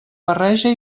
barreja